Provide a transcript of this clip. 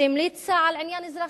שהמליצה על עניין אזרחי.